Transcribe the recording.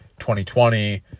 2020